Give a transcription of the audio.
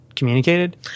communicated